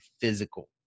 physical